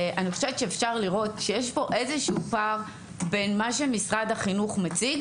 אני חושבת שאפשר לראות שיש פה איזשהו פער בין מה שמשרד החינוך מציג,